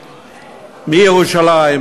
מירושלים,